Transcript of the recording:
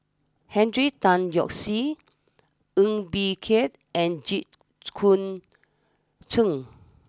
Henry Tan Yoke see Ng Bee Kia and Jit Koon Ch'ng